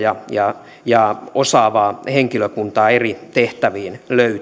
ja ja osaavaa henkilökuntaa eri tehtäviin